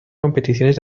competiciones